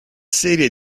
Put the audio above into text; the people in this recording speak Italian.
serie